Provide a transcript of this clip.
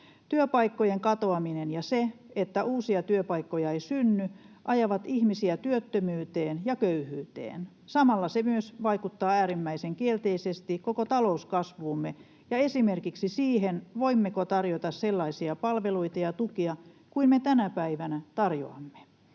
Työpaikkojen katoaminen ja se, että uusia työpaikkoja ei synny, ajaa ihmisiä työttömyyteen ja köyhyyteen. Samalla se myös vaikuttaa äärimmäisen kielteisesti koko talouskasvuumme ja esimerkiksi siihen, voimmeko tarjota sellaisia palveluita ja tukia kuin me tänä päivänä tarjoamme.